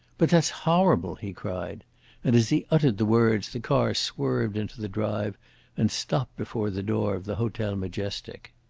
but that's horrible! he cried and as he uttered the words the car swerved into the drive and stopped before the door of the hotel majestic.